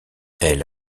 elle